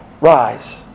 Rise